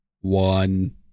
one